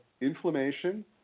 inflammation